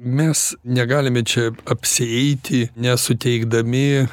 mes negalime čia apsieiti nesuteikdami